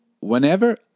whenever